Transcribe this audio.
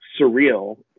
surreal